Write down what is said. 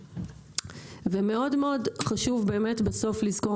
חשוב מאוד לזכור,